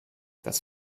das